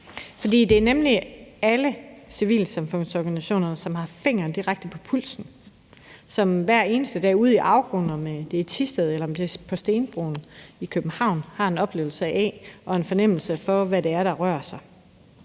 For det er nemlig alle civilsamfundsorganisationerne, som har fingeren direkte på pulsen; som hver eneste dag udeomkring, om det er i Thisted eller på stenbroen i København, har en oplevelse af og en fornemmelse for, hvad det er, der rører sig.